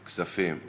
כספים.